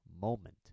moment